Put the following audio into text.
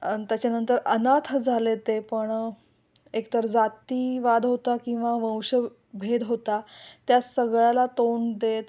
अन् त्याच्यानंतर अनाथ झाले ते पण एकतर जातीवाद होता किंवा वंशभेद होता त्या सगळ्याला तोंड देत